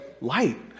light